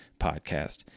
podcast